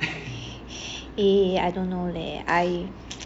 eh I don't know leh I